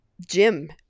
gym